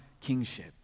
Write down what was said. kingship